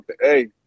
hey